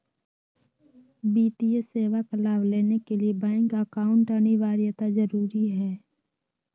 वित्तीय सेवा का लाभ लेने के लिए बैंक अकाउंट अनिवार्यता जरूरी है?